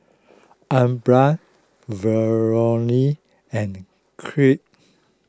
Aubra Valorie and